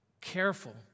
careful